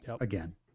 Again